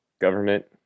government